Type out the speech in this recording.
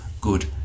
good